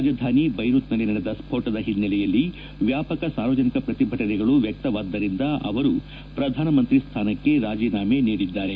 ರಾಜಧಾನಿ ಬ್ಚೆರೂತ್ನಲ್ಲಿ ನಡೆದ ಸ್ವೋಟದ ಹಿನ್ನೆಲೆಯಲ್ಲಿ ವ್ಯಾಪಕ ಸಾರ್ವಜನಿಕ ಪ್ರತಿಭಟನೆಗಳು ವ್ಯಕ್ತವಾದ್ದರಿಂದ ಅವರು ಪ್ರಧಾನಮಂತ್ರಿ ಸ್ಲಾನಕ್ಕೆ ರಾಜೀನಾಮೆ ನೀಡಿದ್ದಾರೆ